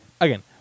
again